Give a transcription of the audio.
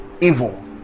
evil